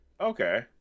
Okay